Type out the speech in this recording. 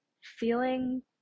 feeling